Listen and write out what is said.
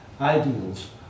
ideals